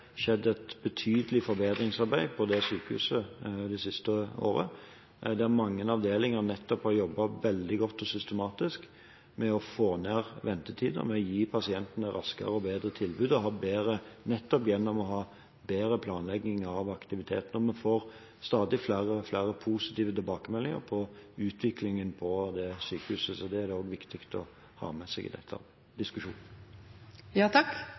et betydelig forbedringsarbeid på dette sykehuset det siste året. Mange avdelinger har jobbet veldig godt og systematisk med å få ned ventetidene og gi pasientene raskere og bedre tilbud nettopp gjennom å ha bedre planlegging av aktiviteten. Vi får stadig flere positive tilbakemeldinger på utviklingen på sykehuset. Det er det viktig å ha med seg i